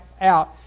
out